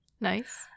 Nice